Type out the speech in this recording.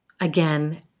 Again